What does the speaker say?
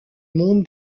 monde